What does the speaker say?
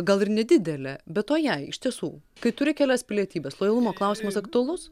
gal ir nedidelė be to jei iš tiesų kai turi kelias pilietybes lojalumo klausimas aktualus